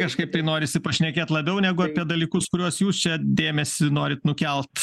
kažkaip tai norisi pašnekėt labiau negu apie dalykus kuriuos jūs čia dėmesį norit nukelt